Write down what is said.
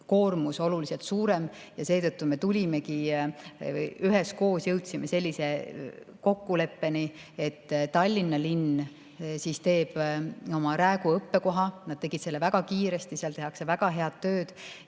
koormus oluliselt suurem, ja seetõttu me üheskoos jõudsime sellise kokkuleppeni, et Tallinna linn avab Räägu [tänaval] õppekoha. Nad tegid selle väga kiiresti, seal tehakse väga head tööd